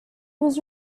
was